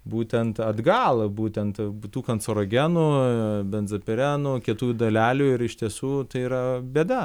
būtent atgal būtent tų kancerogenų benzapirenų kietųjų dalelių ir iš tiesų tai yra bėda